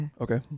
Okay